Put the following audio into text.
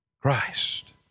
Christ